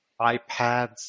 iPads